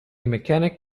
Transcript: mechanic